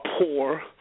poor